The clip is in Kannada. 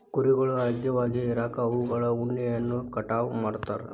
ಕುರಿಗಳು ಆರೋಗ್ಯವಾಗಿ ಇರಾಕ ಅವುಗಳ ಉಣ್ಣೆಯನ್ನ ಕಟಾವ್ ಮಾಡ್ತಿರ್ತಾರ